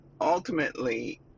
ultimately